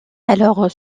alors